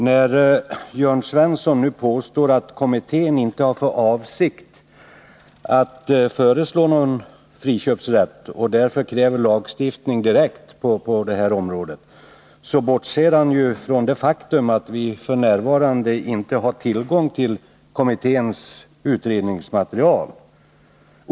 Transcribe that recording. När Jörn Svensson nu påstår att kommittén inte har för avsikt att föreslå någon friköpsrätt och därför kräver lagstiftning direkt, bortser han från det faktum att vi f.n. inte har tillgång till kommitténs utredningsmaterial.